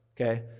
Okay